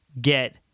get